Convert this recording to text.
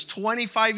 25